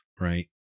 right